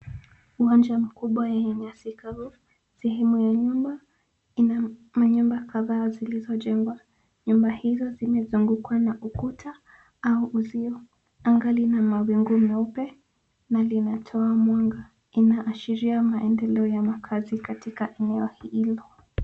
Uwanja mkubwa yenye nyasi kavu. Sehemu ya nyuma ina manyumba kadhaa zilizojengwa. Nyumba hizo zimezungukwa na ukuta au uzio. Anga lina mawingu meupe na linatoa mwanga. Inaashiria maendeleo ya makazi katika eneo hilo.